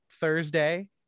Thursday